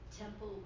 temple